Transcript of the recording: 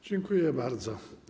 Dziękuję bardzo.